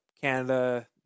Canada